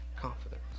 Confidence